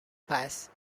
pass